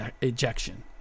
ejection